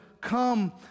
come